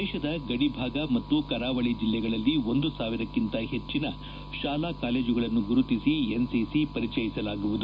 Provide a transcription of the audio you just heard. ದೇಶದ ಗದಿ ಭಾಗ ಮತ್ತು ಕರಾವಳಿ ಜಿಲ್ಲೆಗಳಲ್ಲಿ ಒಂದು ಸಾವಿರಕ್ಕಿಂತ ಹೆಚ್ಚಿನ ಶಾಲಾ ಕಾಲೇಜುಗಳನ್ನು ಗುರುತಿಸಿ ಎನ್ಸಿಸಿ ಪರಿಚಯಿಸಲಾಗುವುದು